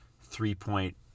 three-point